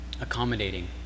accommodating